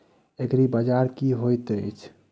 एग्रीबाजार की होइत अछि?